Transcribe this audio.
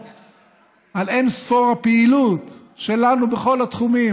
על אין ספור הפעילויות שלנו בכל התחומים,